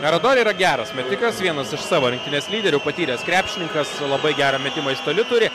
radori yra geras metikas vienas iš savo rinktinės lyderių patyręs krepšininkas su labai gerą metimą iš toli turi